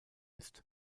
ist